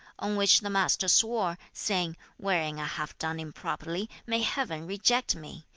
on which the master swore, saying, wherein i have done improperly, may heaven reject me,